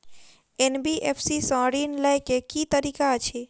NBFC सँ ऋण लय केँ की तरीका अछि?